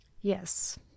Yes